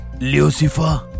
Lucifer